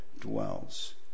dwells